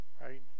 Right